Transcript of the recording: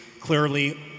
clearly